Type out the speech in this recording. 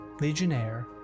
Legionnaire